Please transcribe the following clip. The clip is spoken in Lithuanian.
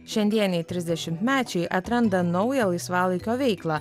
šiandieniai trisdešimtmečiai atranda naują laisvalaikio veiklą